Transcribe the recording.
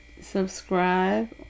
subscribe